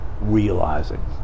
realizing